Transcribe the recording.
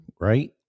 right